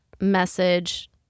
message